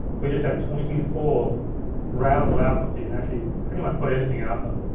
we just have twenty four routable outputs. you can actually pretty much put anything out them.